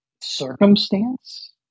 circumstance